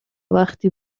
وقتی